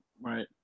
right